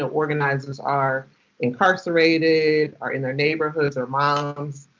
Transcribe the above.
ah organizers are incarcerated. are in their neighborhoods, are moms.